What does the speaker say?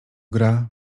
gra